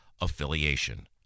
affiliation